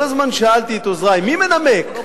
כל הזמן שאלתי את עוזרי: מי מנמק?